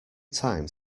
time